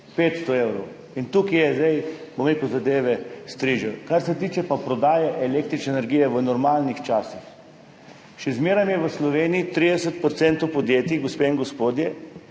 500 evrov. Tukaj zadeve strižejo. Kar se pa tiče prodaje električne energije v normalnih časih. Še zmeraj je v Sloveniji 30 % podjetij, gospe in gospodje,